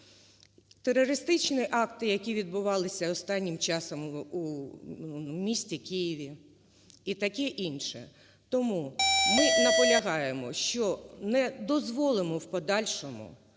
терористичні акти, які відбувалися останнім часом у місті Києві і таке інше? Тому ми наполягаємо, що не дозволимо у подальшому